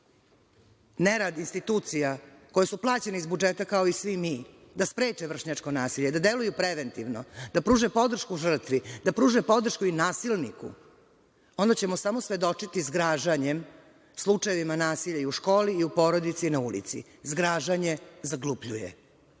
nerad institucija koje su plaćene iz budžeta kao i svi mi da spreče vršnjačko nasilje, da deluju preventivno, da pruže podršku žrtvi, da pruže podršku i nasilniku, onda ćemo samo svedočiti samo zgražavanjem slučajevima nasilja i u školi i u porodici i na ulici. Zgražavanje zaglupljuje.